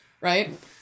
Right